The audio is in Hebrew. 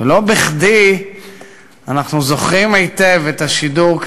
ולא בכדי אנחנו זוכרים היטב את השידור,